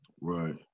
Right